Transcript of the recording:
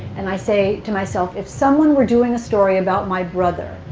and i say to myself, if someone were doing a story about my brother,